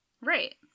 Right